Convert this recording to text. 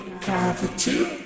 cavity